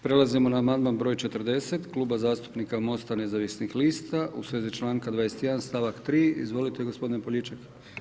Prelazimo na amandman broj 40 Kluba zastupnika Mosta nezavisnih lista u svezi članka 21. stavak 3. Izvolite gospodine Poljičak.